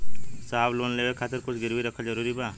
साहब लोन लेवे खातिर कुछ गिरवी रखल जरूरी बा?